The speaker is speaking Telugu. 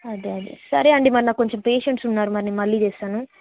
అదే అదే సరే అండి మరి నాకు కొంచెం పేషెంట్స్ ఉన్నారు మరి నేను మళ్ళీ చేస్తాను